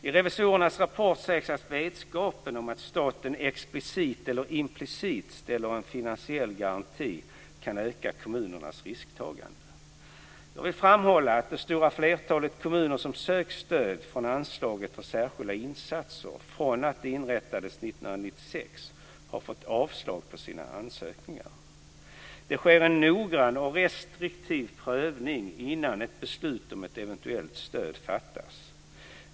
I revisorernas rapport sägs att vetskapen om att staten explicit eller implicit ställer en finansiell garanti kan öka kommunernas risktagande. Jag vill framhålla att det stora flertalet kommuner som sökt stöd från anslaget för särskilda insatser, från att det inrättades 1996, har fått avslag på sina ansökningar. Det sker en noggrann och restriktiv prövning innan ett beslut om ett eventuellt stöd fattas.